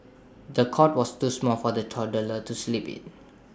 the cot was too small for the toddler to sleep in